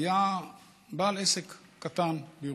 היה בעל עסק קטן בירושלים,